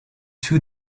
two